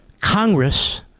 Congress